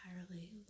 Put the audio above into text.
entirely